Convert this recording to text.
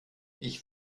ich